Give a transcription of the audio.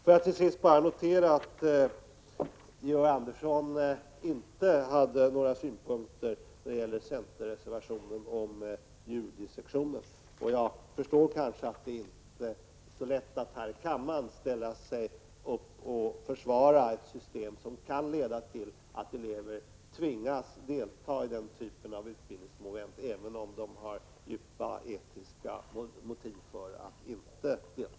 Får jag till sist notera att Georg Andersson inte hade några synpunkter på centerreservationen om djurdissektioner. Och jag förstår att det inte är lätt att här i kammaren försvara ett system som kan leda till att elever tvingas delta i den typen av utbildningsmoment trots att de kanske har etiska motiv för att inte delta.